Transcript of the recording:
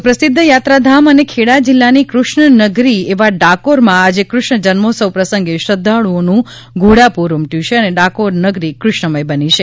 સુપ્રસિદ્ધ યાત્રાધામ અને ખેડા જિલ્લાની કૃષ્ણ નગરી એવા ડાકોરમાં આજે કૃષ્ણ જન્મોત્સવ પ્રસંગે શ્રધ્ધાળુઓનું ઘોડાપુર ઉમટ્યું છે અને ડાકોર નગરી કૃષ્ણમય બની છે